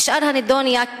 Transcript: ושאר הנדוניה,